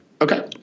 Okay